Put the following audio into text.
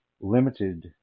limited